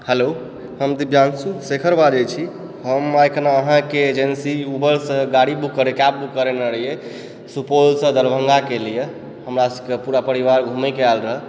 hello हम दिव्यांशु शेखर बाजैतछी हम अखन अहाँकेँ एजेन्सी उबरसँ गाड़ी बुक कैब बुक करेने रहिए सुपौलसँ दरभङ्गाके लिए हमरा सभकेँ पूरा परिवार घुमयके आयल रह